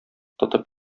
тотып